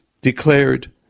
declared